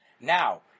Now